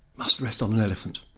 must rest on an elephant,